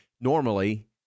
normally